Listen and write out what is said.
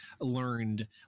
learned